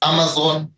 Amazon